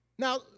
Now